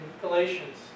Galatians